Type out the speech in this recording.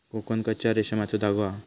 कोकन कच्च्या रेशमाचो धागो हा